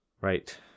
right